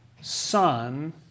son